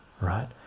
right